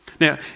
Now